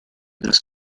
this